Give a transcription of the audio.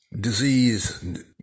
disease